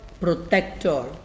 protector